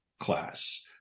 class